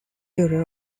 bureau